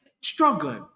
struggling